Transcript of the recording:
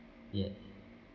yes